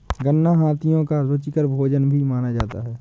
गन्ना हाथियों का रुचिकर भोजन भी माना जाता है